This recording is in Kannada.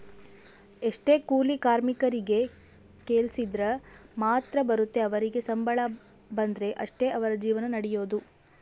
ಎಷ್ಟೊ ಕೂಲಿ ಕಾರ್ಮಿಕರಿಗೆ ಕೆಲ್ಸಿದ್ರ ಮಾತ್ರ ಬರುತ್ತೆ ಅವರಿಗೆ ಸಂಬಳ ಬಂದ್ರೆ ಅಷ್ಟೇ ಅವರ ಜೀವನ ನಡಿಯೊದು